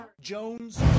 jones